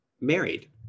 married